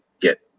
get